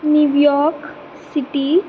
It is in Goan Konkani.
new York city